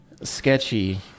Sketchy